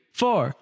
four